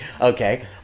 Okay